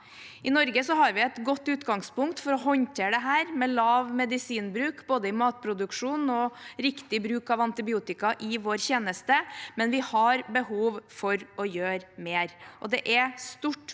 I Norge har vi et godt utgangspunkt for å håndtere dette, med både lav medisinbruk i matproduksjon og riktig bruk av antibiotika i vår tjeneste, men vi har behov for å gjøre mer. Det er også